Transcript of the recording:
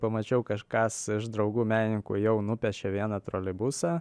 pamačiau kažkas iš draugų menininkų jau nupešė vieną troleibusą